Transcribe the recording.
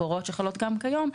בהוראות שחלות גם כיום,